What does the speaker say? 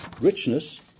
richness